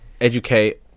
educate